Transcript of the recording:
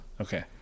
okay